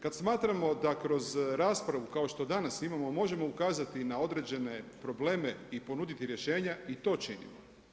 Kad smatramo da kroz raspravu kao što danas imamo možemo ukazati na određene probleme i ponuditi rješenja i to činimo.